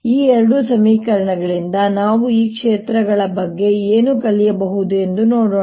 ಈ ಎರಡು ಸಮೀಕರಣಗಳಿಂದ ನಾವು ಈ ಕ್ಷೇತ್ರಗಳ ಬಗ್ಗೆ ಏನು ಕಲಿಯಬಹುದು ಎಂಬುದನ್ನು ನೋಡೋಣ